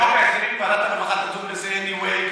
בחוק ההסדרים ועדת הרווחה תדון בזה anyway,